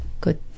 good